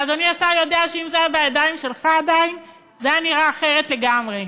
ואדוני השר יודע שאם זה עדיין היה בידיים שלך זה היה נראה אחרת לגמרי.